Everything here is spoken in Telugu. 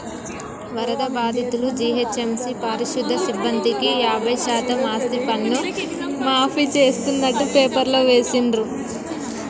వరద బాధితులు, జీహెచ్ఎంసీ పారిశుధ్య సిబ్బందికి యాభై శాతం ఆస్తిపన్ను మాఫీ చేస్తున్నట్టు పేపర్లో వేసిండ్రు